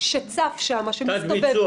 כסף שצף שם, שמסתובב.